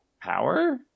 power